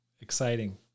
exciting